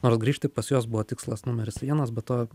nors grįžti pas juos buvo tikslas numeris vienas be to